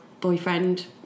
boyfriend